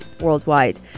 worldwide